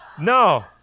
No